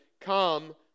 Come